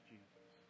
Jesus